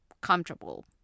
comfortable